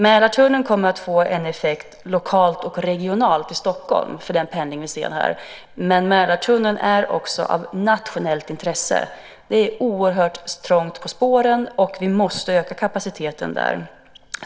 Mälartunneln kommer att få en effekt lokalt och regionalt i Stockholm för den pendling vi ser här, men Mälartunneln är också av ett nationellt intresse. Det är oerhört trångt på spåren, och vi måste öka kapaciteten där.